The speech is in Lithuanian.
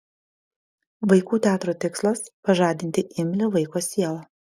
vaikų teatro tikslas pažadinti imlią vaiko sielą